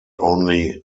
only